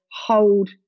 hold